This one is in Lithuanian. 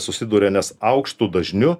susiduria nes aukštu dažniu